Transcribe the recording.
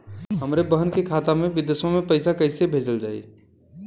हमरे बहन के खाता मे विदेशवा मे पैसा कई से भेजल जाई?